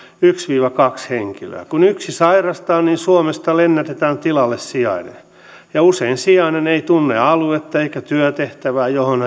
yksi tai kaksi henkilöä kun yksi sairastaa niin suomesta lennätetään tilalle sijainen ja usein sijainen ei tunne aluetta eikä työtehtävää johon